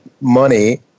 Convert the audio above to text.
money